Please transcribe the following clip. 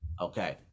okay